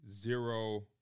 zero